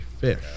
fish